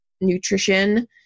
nutrition